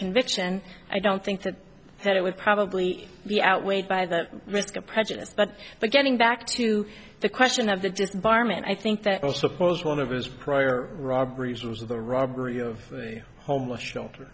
conviction i don't think that that it would probably be outweighed by the risk of prejudice but but getting back to the question of the just barman i think that was suppose one of his prior robberies was the robbery of a homeless shelter